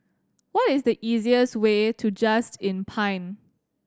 what is the easiest way to Just Inn Pine